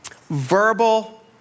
verbal